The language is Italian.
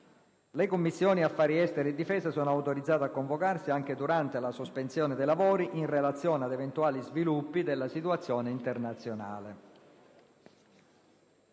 Le Commissioni affari esteri e difesa sono autorizzate a convocarsi, anche durante la sospensione dei lavori, in relazione a eventuali sviluppi della situazione internazionale.